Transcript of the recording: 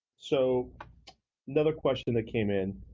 so another question that came in.